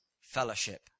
fellowship